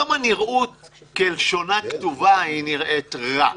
גם הנראות כלשונה כתובה היא נראית רע,